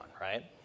right